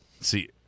See